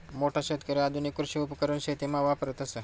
मोठा शेतकरी आधुनिक कृषी उपकरण शेतीमा वापरतस